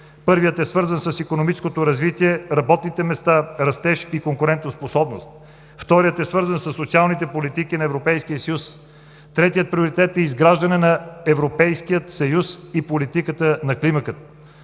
Първият е свързан с икономическото развитие, работните места, растеж и конкурентоспособност. Вторият е свързан със социалните политики на Европейския съюз. Третият приоритет е изграждане на Европейския съюз и политиката на климата.